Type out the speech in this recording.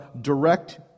direct